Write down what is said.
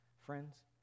Friends